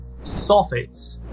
sulfates